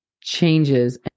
changes